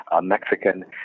Mexican